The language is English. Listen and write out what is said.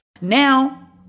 Now